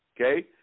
Okay